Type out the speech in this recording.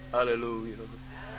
Hallelujah